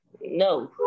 No